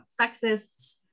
sexist